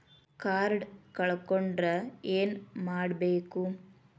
Card ಕಳ್ಕೊಂಡ್ರ ಏನ್ ಮಾಡಬೇಕು?